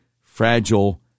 fragile